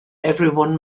everyone